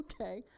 Okay